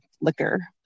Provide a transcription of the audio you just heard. liquor